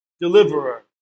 deliverer